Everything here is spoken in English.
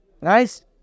Nice